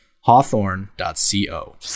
Hawthorne.co